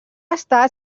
estat